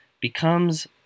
becomes